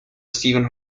stephen